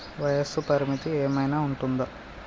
వయస్సు పరిమితి ఏమైనా ఉంటుందా?